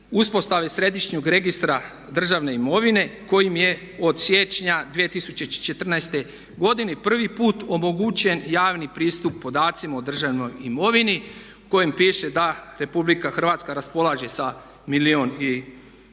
uspostave Središnjeg registra državne imovine kojim je od siječnja 2014. godine prvi put omogućen javni pristup podacima o državnoj imovini u kojem piše da RH raspolaže sa milijun i 16